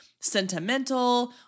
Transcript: sentimental